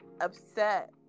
upset